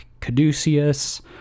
caduceus